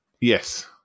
Yes